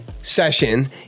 session